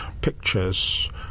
pictures